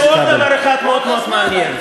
יש עוד דבר אחד מאוד מאוד מעניין.